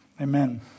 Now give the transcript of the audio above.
Amen